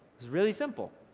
was really simple.